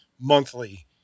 monthly